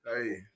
Hey